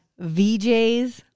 VJs